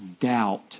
doubt